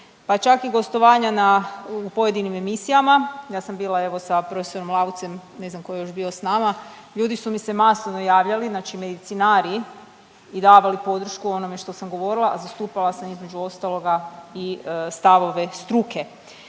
pa čak i gostovanja u pojedinim emisijama, ja sam bila evo sa prof. Laucem, ne znam ko je još bio s nama, ljudi su mi se masovno javljali, znači medicinari i davali podršku o onome što sam govorila, a zastupala sam između ostaloga i stavove struke